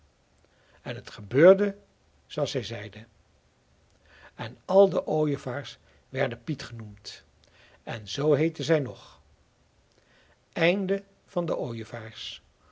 en het gebeurde zooals zij zeide en al de ooievaars werden piet genoemd en zoo heeten zij nog